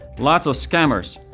lots of scammers.